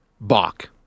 Bach